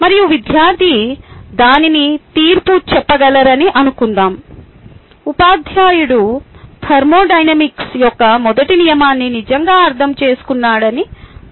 మరియు విద్యార్థి దానిని తీర్పు చెప్పగలరని అనుకుందాం ఉపాధ్యాయుడు థర్మోడైనమిక్స్ యొక్క మొదటి నియమాన్ని నిజంగా అర్థం చేసుకున్నాడని చెప్పారు